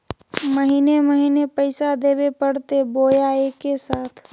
महीने महीने पैसा देवे परते बोया एके साथ?